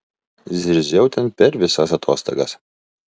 zirziau ten per visas atostogas